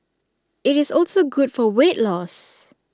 IT is also good for weight loss